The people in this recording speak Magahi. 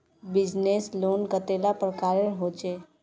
बिजनेस लोन कतेला प्रकारेर होचे?